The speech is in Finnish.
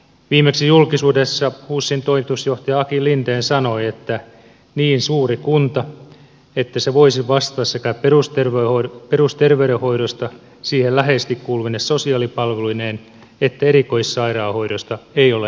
viimeksi julkisuudessa husin toimitusjohtaja aki linden sanoi että niin suuri kunta että se voisi vastata sekä perusterveydenhoidosta siihen läheisesti kuuluvine sosiaalipalveluineen että erikoissairaanhoidosta ei ole realistinen